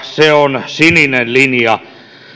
se on sininen linja